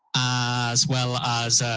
as well as